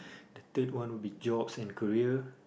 the third one would be jobs and career